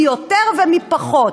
מי יותר ומי פחות.